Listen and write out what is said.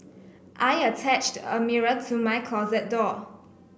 I attached a mirror to my closet door